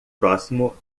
próximo